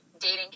dating